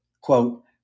quote